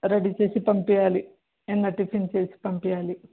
ready చేసి పంపియ్యాలి ఏదన్నా టిఫిన్ చేసి పంపియాలి